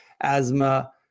asthma